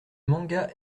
manga